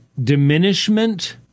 diminishment